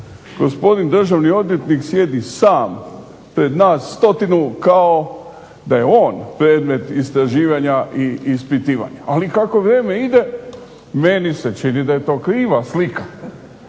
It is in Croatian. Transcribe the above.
gospodin državni odvjetnik sjedi sam pred nas stotinu kao da je on predmet istraživanja i ispitivanja. Ali kako vrijeme ide meni se čini da je to kriva slika.